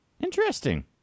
interesting